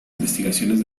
investigaciones